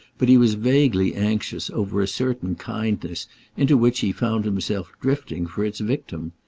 but he was vaguely anxious over a certain kindness into which he found himself drifting for its victim.